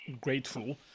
grateful